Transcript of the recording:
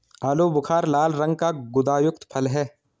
आलू बुखारा लाल रंग का गुदायुक्त फल है